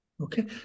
Okay